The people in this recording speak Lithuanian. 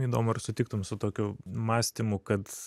įdomu ar sutiktum su tokiu mąstymu kad